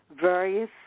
various